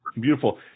beautiful